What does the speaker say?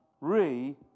re